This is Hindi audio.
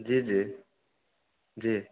जी जी जी